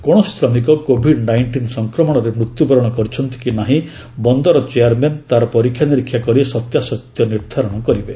କୌଣସି ଶ୍ରମିକ COVID nineteen ସଂକ୍ରମଣରେ ମୃତ୍ୟୁବରଣ କରିଛନ୍ତି କି ନାହିଁ ବନ୍ଦର ଚେୟାରମ୍ୟାନ୍ ତାର ପରୀକ୍ଷାନିରୀକ୍ଷା କରି ସତ୍ୟାସତ୍ୟ ନିର୍ଦ୍ଧାରଣ କରିବେ